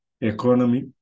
economy